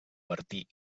bertí